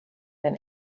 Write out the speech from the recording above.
than